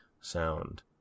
sound